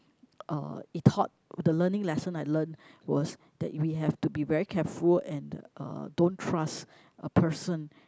uh it taught the learning lesson I learn was that we have to be very careful and uh don't trust a person